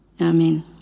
Amen